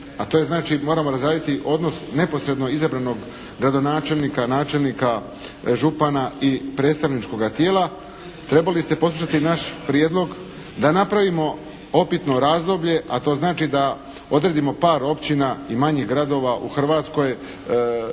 a to je znači moramo razraditi odnos neposredno izabranog gradonačelnika, načelnika, župana i predstavničkoga tijela. Trebali ste poslušati naš prijedlog da napravimo upitno razdoblje, a to znači da odredimo par općina i manjih gradova u Hrvatskoj